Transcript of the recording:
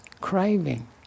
craving